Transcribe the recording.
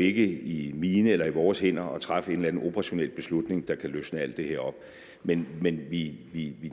ikke er i mine eller i vores hænder at træffe en eller anden operationel beslutning, der kan løsne op for alt det her. Men vi